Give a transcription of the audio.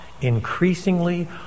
increasingly